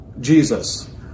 Jesus